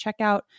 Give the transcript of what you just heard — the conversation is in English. checkout